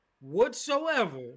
whatsoever